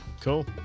Cool